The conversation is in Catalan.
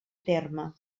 terme